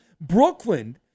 Brooklyn